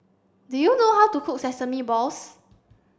do you know how to cook sesame balls